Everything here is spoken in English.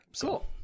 Cool